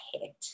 head